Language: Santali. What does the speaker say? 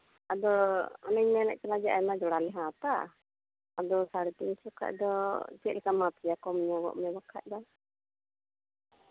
ᱟᱫᱚ ᱚᱱᱮᱧ ᱢᱮᱱᱮᱜ ᱠᱟᱱᱟ ᱡᱮ ᱟᱭᱢᱟ ᱡᱚᱲᱟᱞᱮ ᱦᱟᱛᱟᱣᱟ ᱟᱫᱚ ᱥᱟᱲᱮ ᱛᱤᱱᱥᱚ ᱠᱷᱟᱡ ᱫᱚ ᱪᱮᱫ ᱞᱮᱠᱟᱢ ᱢᱟᱯ ᱠᱮᱭᱟ ᱠᱚᱢ ᱧᱚᱜᱚᱜ ᱢᱮ ᱵᱟᱠᱷᱟᱡ ᱫᱚ